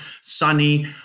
sunny